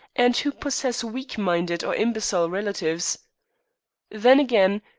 and who possess weak-minded or imbecile relatives then, again,